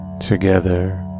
Together